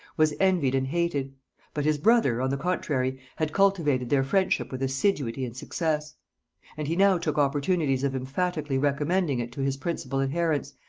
was envied and hated but his brother, on the contrary, had cultivated their friendship with assiduity and success and he now took opportunities of emphatically recommending it to his principal adherents,